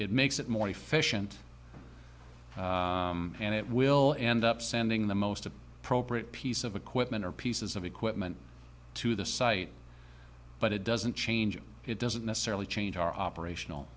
makes it more efficient and it will end up sending the most of piece of equipment or pieces of equipment to the site but it doesn't change it doesn't necessarily change our